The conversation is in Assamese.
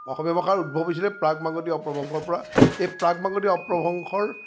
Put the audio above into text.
অসমীয়া ভাষাৰ উদ্ভৱ হৈছিলে প্ৰাক মাগধি অপভ্ৰংশৰ পৰা এই প্ৰাক মাগধি অপভ্ৰংশৰ